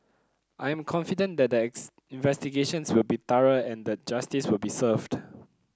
I am confident that the investigations will be thorough and that justice will be served